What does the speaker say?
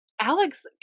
Alex